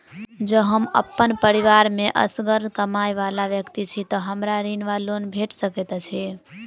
जँ हम अप्पन परिवार मे असगर कमाई वला व्यक्ति छी तऽ हमरा ऋण वा लोन भेट सकैत अछि?